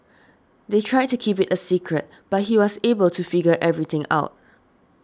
they tried to keep it a secret but he was able to figure everything out